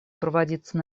проводиться